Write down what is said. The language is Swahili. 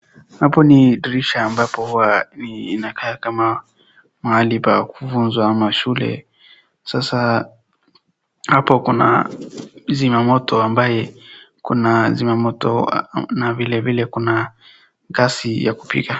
Hapo ni dirisha ambapo huwa inakaaa kama mahali pa kufunzwa, ama shule sasa hapo kuna zimamoto ambaye kuna zimamoto na vilevile kuna gesi ya kupika.